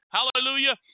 Hallelujah